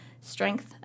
strength